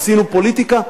עשינו פוליטיקה?